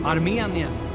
Armenien